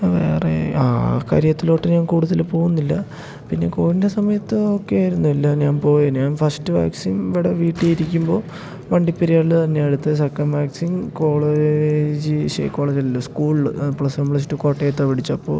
വേറെ ആ ആ കാര്യത്തിലോട്ട് ഞാൻ കൂടുതൽ പോവുന്നില്ല പിന്നെ കോവിഡിൻ്റെ സമയത്ത് ഓക്കെ ആയിരുന്നില്ല ഞാൻ പോയ ഞാൻ ഫസ്റ്റ് വാക്സിൻ ഇവിടെ വീട്ടിൽ ഇരിക്കുമ്പോൾ വണ്ടി പെരിയാർൽ തന്നെയാണ് അടുത്ത സെക്കൻ വാക്സിൻ കോളേജ് ശേ കോളേജല്ലല്ലോ സ്കൂൾള് പ്ലസ് വൺ പ്ലസ് ടു കോട്ടയത്താ പഠിച്ചപ്പോൾ